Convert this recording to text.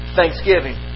thanksgiving